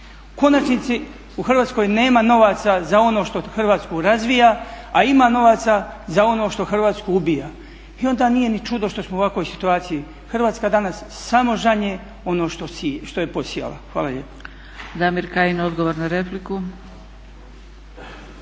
konačnici u Hrvatskoj nema novaca za ono što Hrvatsku razvija, a ima novaca za onu što Hrvatsku ubija. I onda nije ni čudno što smo u ovakvoj situaciji. Hrvatska danas samo žanje ono što je posijala. Hvala lijepa.